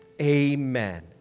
Amen